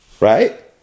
right